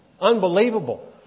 Unbelievable